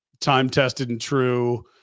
time-tested-and-true